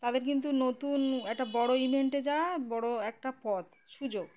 তাদের কিন্তু নতুন একটা বড় ইভেন্টে যাওয়ার বড় একটা পথ সুযোগ